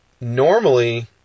normally